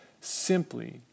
simply